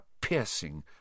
piercing